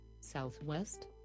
Southwest